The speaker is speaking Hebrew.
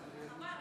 חבל.